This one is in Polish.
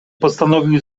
postanowił